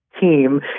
team